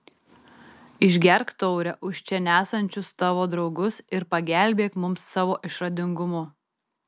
išgerk taurę už čia nesančius tavo draugus ir pagelbėk mums savo išradingumu